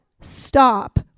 stop